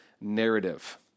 narrative